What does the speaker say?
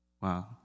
Wow